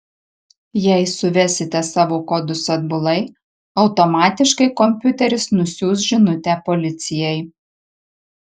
jei suvesite savo kodus atbulai automatiškai kompiuteris nusiųs žinutę policijai